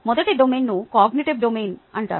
మొదటి డొమైన్ను cognitive domain అంటారు